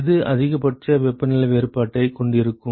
எது அதிகபட்ச வெப்பநிலை வேறுபாட்டைக் கொண்டிருக்கும்